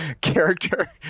character